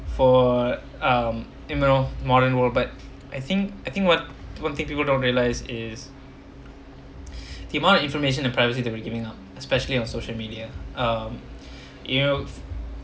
for um you know modern world but I think I think what one thing people don't realize is the amount of information in privacy they were giving out especially on social media uh ya